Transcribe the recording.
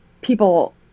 people